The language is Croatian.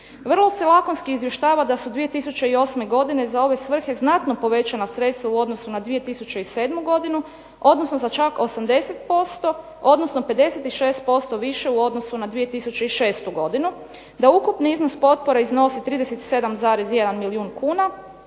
Vrlo se lakonski izvještava da su 2008. godine za ove svrhe znatno povećana sredstva u odnosu na 2007. godinu, odnosno za čak 80%, odnosno 56% više u odnosu na 2006. godinu, da ukupni iznos potpora iznosi 37,1 milijun kuna